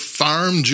farm